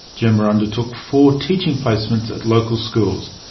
gemma undertook four teaching placements at local schools.